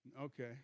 Okay